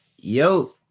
yo